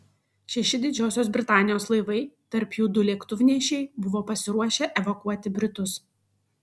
šeši didžiosios britanijos laivai tarp jų du lėktuvnešiai buvo pasiruošę evakuoti britus